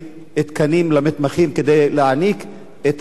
תקנים למתמחים כדי להעניק את המענה?